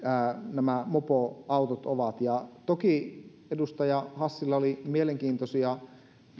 nämä mopoautot ovat ja toki edustaja hassilla oli mielenkiintoisia